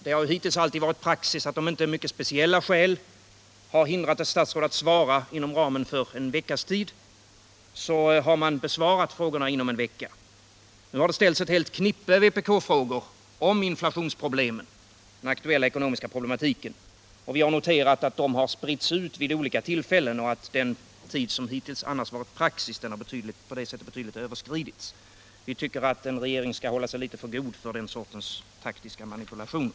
Det har hittills alltid varit praxis att om inte mycket speciella skäl har hindrat ett statsråd att svara inom en vecka, så har man besvarat frågorna inom den tiden. Nu har det ställts ett helt knippe vpk-frågor om inflationen, om den aktuella ekonomiska problematiken. Vi har noterat att de har spritts ut vid olika tillfällen och att på det sättet den tid som hittills annars varit praxis har överskridits betydligt. Vi tycker att en regering skall hålla sig för god för den sortens taktiska manipulationer.